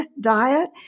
diet